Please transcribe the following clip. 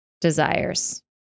desires